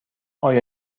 آیا